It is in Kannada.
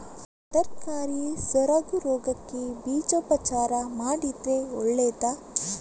ತರಕಾರಿ ಸೊರಗು ರೋಗಕ್ಕೆ ಬೀಜೋಪಚಾರ ಮಾಡಿದ್ರೆ ಒಳ್ಳೆದಾ?